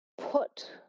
put